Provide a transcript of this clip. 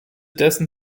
dessen